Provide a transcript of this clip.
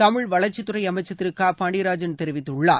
தமிழ் வளர்ச்சித்துறை அமைச்சர் திரு க பாண்டியராஜன் தெரிவித்துள்ளார்